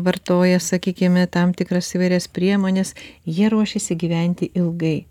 vartoja sakykime tam tikras įvairias priemones jie ruošiasi gyventi ilgai